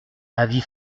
avis